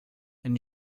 and